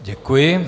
Děkuji.